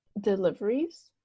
deliveries